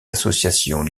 associations